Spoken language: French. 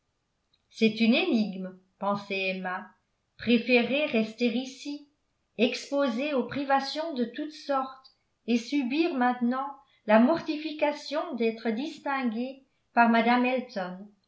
c'est une énigme pensait emma préférer rester ici exposée aux privations de toutes sortes et subir maintenant la mortification d'être distinguée par mme elton